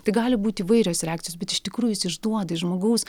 tai gali būt įvairios reakcijos bet iš tikrųjų jos išduoda iš žmogaus